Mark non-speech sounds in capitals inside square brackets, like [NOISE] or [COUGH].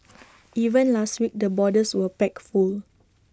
[NOISE] even last week the borders were packed full